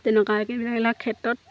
তেনেকুৱা এইবিলাক ক্ষেত্ৰত